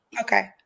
Okay